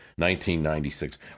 1996